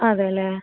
അതേല്ലേ